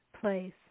place